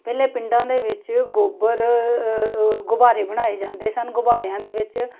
ਪਹਿਲੇ ਪਿੰਡਾਂ ਦੇ ਵਿੱਚ ਗੋਬਰ ਗੁਬਾਰੇ ਬਣਾਏ ਜਾਂਦੇ ਸਨ ਗੁਬਾਰਿਆਂ ਦੇ ਵਿੱਚ